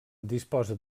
disposa